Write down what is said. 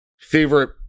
favorite